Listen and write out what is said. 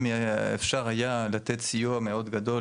אם אפשר היה לתת סיוע מאוד גדול,